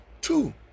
two